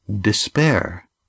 despair